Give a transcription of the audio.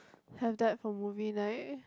have that for movie night